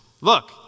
look